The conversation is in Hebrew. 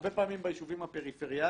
הרבה פעמים ביישובים הפריפריאליים,